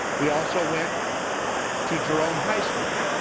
we also went to jerome high school,